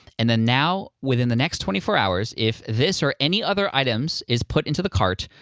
and then now, within the next twenty four hours, if this or any other items is put into the cart,